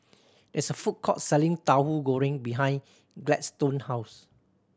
it's a food court selling Tahu Goreng behind Gladstone house